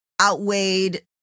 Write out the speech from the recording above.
outweighed